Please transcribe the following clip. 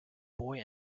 boy